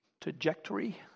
trajectory